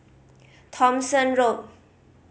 Thomson Road